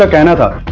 like and